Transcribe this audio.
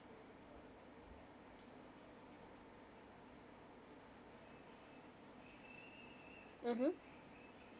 mmhmm